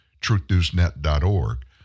truthnewsnet.org